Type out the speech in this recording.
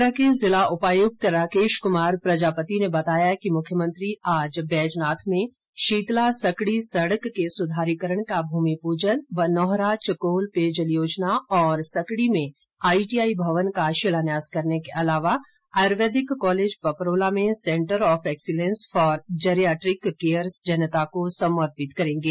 कांगड़ा के जिला उपायुक्त राकेश कुमार प्रजापति ने बताया कि मुख्यमंत्री आज बैजनाथ में शीतला सकड़ी सड़क के सुधारीकरण का भूमि पूजन व नोहरा चकोल पेयजल योजना और जयरसकड़ी में आईटीआई भवन का शिलान्यास करने के अलावा आयुर्वेदिक कॉलेज पपरोला में centre of excellence for geriatric care जनता को समर्पित करेंगे